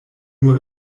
nur